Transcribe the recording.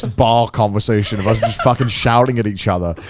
and bar conversation of us just fucking shouting at each other.